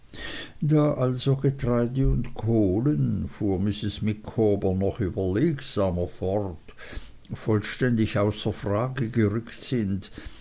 da also getreide und kohlen fuhr mrs micawber noch überlegsamer fort vollständig außer frage gerückt sind